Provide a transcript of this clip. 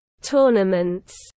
tournaments